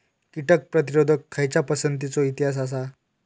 कीटक प्रतिरोधक खयच्या पसंतीचो इतिहास आसा?